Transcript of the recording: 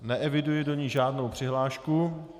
Neeviduji do ní žádnou přihlášku.